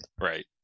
Right